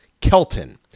Kelton